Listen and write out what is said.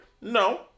No